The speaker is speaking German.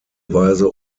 weise